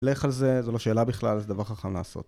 לך על זה, זו לא שאלה בכלל, זה דבר חכם לעשות